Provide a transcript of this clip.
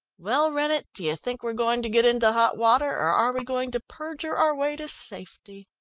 well, rennett, do you think we're going to get into hot water, or are we going to perjure our way to safety?